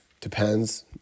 depends